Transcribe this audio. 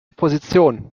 position